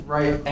Right